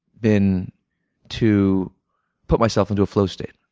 been to put myself into a flow state.